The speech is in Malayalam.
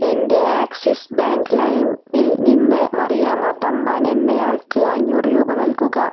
എൻ്റെ ആക്സിസ് ബാങ്ക് ലൈമിൽ നിന്ന് മറിയാമ്മ തമ്പാൻ എന്നയാൾക്ക് അഞ്ഞൂറ് രൂപ നൽകുക